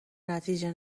نتیجه